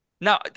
now